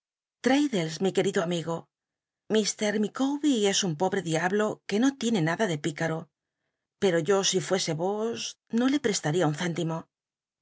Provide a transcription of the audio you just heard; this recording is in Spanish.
mi querido am igo lir llicawber es un pobre diablo que no tienc nacla de pícaro pero yo si fuese vos no le preslaria un céntimo